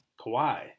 Kawhi